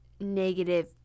negative